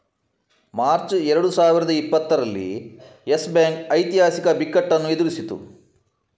March ಎರಡು ಸಾವಿರದ ಇಪ್ಪತ್ತರಲ್ಲಿ ಯೆಸ್ ಬ್ಯಾಂಕ್ ಐತಿಹಾಸಿಕ ಬಿಕ್ಕಟ್ಟನ್ನು ಎದುರಿಸಿತು